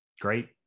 Great